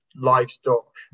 Livestock